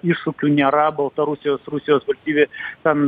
iššūkių nėra baltarusijos rusijos valstybė ten